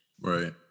Right